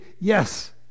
yes